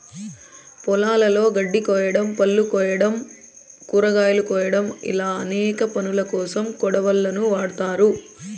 పొలాలలో గడ్డి కోయడం, పళ్ళు కోయడం, కూరగాయలు కోయడం ఇలా అనేక పనులకోసం కొడవళ్ళను వాడ్తారు